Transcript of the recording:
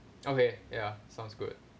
okay ya sounds good